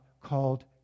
called